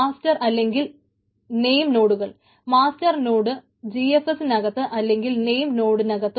master അല്ലെങ്കിൽ name നോഡുകൾ master node GFS നകത്ത് അല്ലെങ്കിൽ നെയിം നോഡ് HDFS നകത്തും